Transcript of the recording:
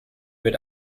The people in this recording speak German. wird